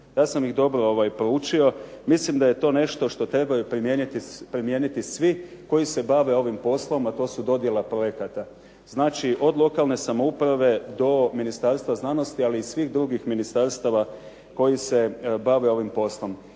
Ja sam ih dobro proučio. Mislim da je to nešto što trebaju primijeniti svi koji se bave ovim poslom, a to su dodjela projekata. Znači, od lokalne samouprave do Ministarstva znanosti, ali i svih drugih ministarstava koji se bave ovim poslom.